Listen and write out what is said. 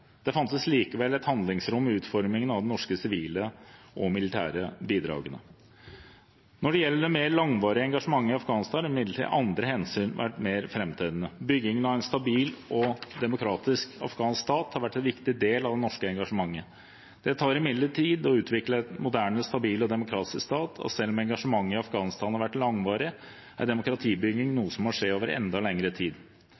Det fantes likevel et handlingsrom i utformingen av de norske sivile og militære bidragene. Når det gjelder det mer langvarige engasjementet i Afghanistan, har imidlertid andre hensyn vært mer framtredende. Byggingen av en stabil og demokratisk afghansk stat har vært en viktig del av det norske engasjementet. Det tar imidlertid tid å utvikle en moderne, stabil og demokratisk stat, og selv om engasjementet i Afghanistan har vært langvarig, er demokratibygging